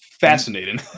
fascinating